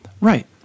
Right